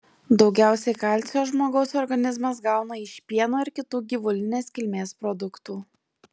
daugiausiai kalcio žmogaus organizmas gauna iš pieno ir kitų gyvulinės kilmės produktų